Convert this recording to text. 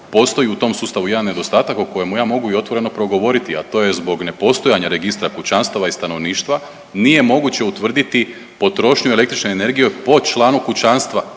postoji u tom sustavu jedan nedostatak o kojemu ja mogu i otvoreno progovoriti, a to je zbog nepostojanja registra kućanstava i stanovništva nije moguće utvrditi potrošnju električne energije po članu kućanstva,